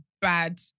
bad